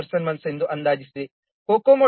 9 person months ಎಂದು ಅಂದಾಜಿಸಿದೆ